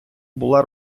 була